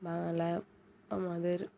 বাংলা আমাদের